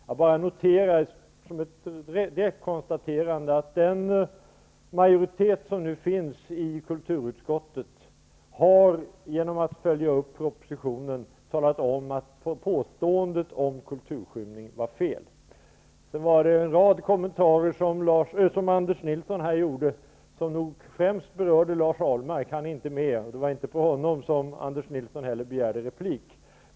Jag bara noterar som ett direkt konstaterande att den majoritet som nu finns i kulturutskottet har genom att följa upp propositionen talat om att påståendet om kulturskymning var felaktigt. En rad kommentarer som Anders Nilsson gjorde berörde nog främst Lars Ahlmark. Han är inte med här nu, och det var inte heller på honom som Anders Nilsson begärde replik.